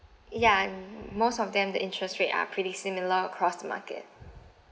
ya and most of them the interest rate are pretty similar across the market